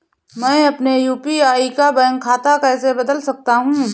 मैं अपने यू.पी.आई का बैंक खाता कैसे बदल सकता हूँ?